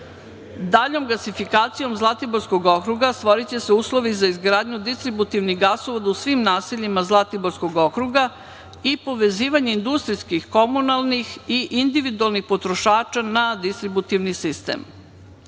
gasifikacijom Zlatiborskog okruga stvoriće se uslovi za izgradnju distributivnih gasovoda u svim naseljima Zlatiborskog okrugra i povezivanje industrijskih komunalnih i individualnih potrošača na distributivni sistem. Time